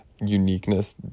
uniqueness